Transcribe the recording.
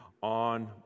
on